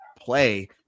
play